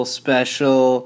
special